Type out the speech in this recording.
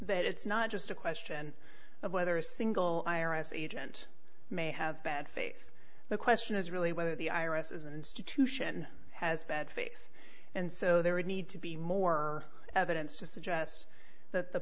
that it's not just a question of whether a single i r s agent may have bad face the question is really whether the i r s is an institution has bad face and so there would need to be more evidence to suggest that the